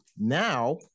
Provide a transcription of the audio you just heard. Now